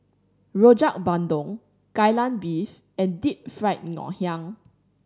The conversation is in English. Rojak Bandung Kai Lan Beef and Deep Fried Ngoh Hiang